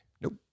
Nope